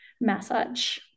massage